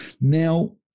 now